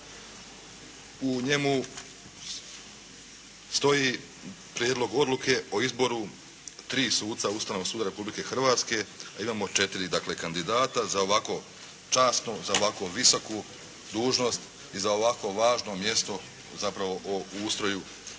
u njemu stoji Prijedlog odluke o izboru tri suca Ustavnog suca Republike Hrvatske, a imamo 4 dakle kandidata za ovako časno, za ovako visoku dužnost i za ovako važno mjesto zapravo u ustroju